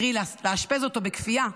קרי לאשפז אותו בכפייה,